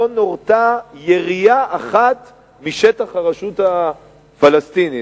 לא נורתה ירייה אחת משטח הרשות הפלסטינית.